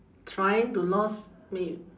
trying to lost may